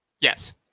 Yes